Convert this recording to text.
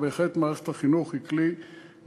אבל בהחלט מערכת החינוך היא כלי מרכזי.